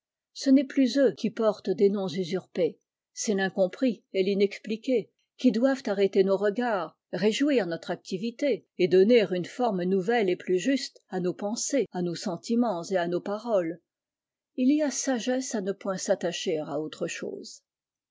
ce n'est plus eux qui portent des noms usurpés c'est rincompris et l'inexpliqué qui doivent arrêter nos regards réjouir notre activité et donner une forme nouvelle et plus juste à nos pensées à nos sentiments et à nos paroles il y a sagesse à ne point s'attacher à autre chose